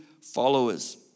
followers